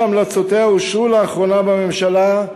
שהמלצותיה אושרו לאחרונה בממשלה,